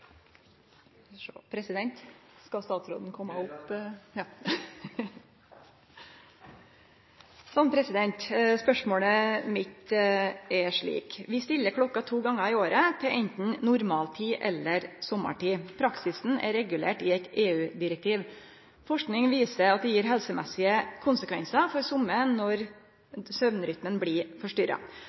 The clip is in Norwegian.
Norge. Da skal vi ha gode rammebetingelser for bedrifter, næringer og regioner, slik at vi kan sikre dem. Vi går da videre til spørsmål 6. «Vi stiller klokka to gongar i året til anten normaltid eller sommartid. Praksisen er regulert i eit EU-direktiv. Forsking viser at det gir helsemessige konsekvensar for somme når søvnrytmen blir